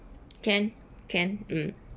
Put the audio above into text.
can can mm